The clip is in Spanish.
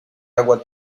agua